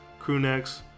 crewnecks